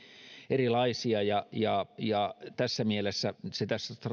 erilaisia ja ja se tässä